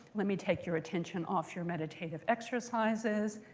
let me take your attention off your meditative exercises.